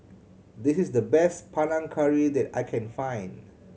this is the best Panang Curry that I can find